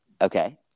Okay